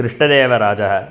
कृष्णदेवराजः